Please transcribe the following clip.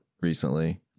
recently